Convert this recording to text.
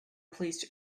pleased